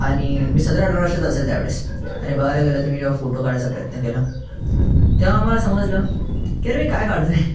आणि मी सतरा अठरा वर्षाचा असेल त्यावेळेस आणि बघायला गेलं तर मी जेव्हा फोटो काढायचा प्रयत्न केला तेव्हा मला समजलं की अरे मी काय काढतोय